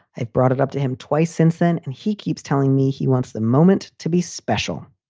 i've brought it up to him twice since then. and he keeps telling me he wants the moment to be special.